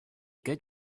good